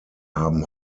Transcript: haben